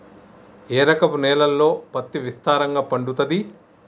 ఏ రకపు నేలల్లో పత్తి విస్తారంగా పండుతది?